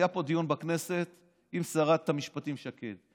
היה פה דיון בכנסת עם שרת המשפטים שקד.